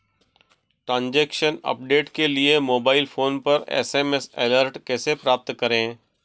Transaction update के लिए mobile phone पर एस.एम.एस अलर्ट कैसे प्राप्त करें?